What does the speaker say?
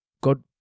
god